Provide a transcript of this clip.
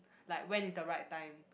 like when is the right time